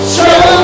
show